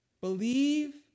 believe